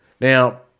Now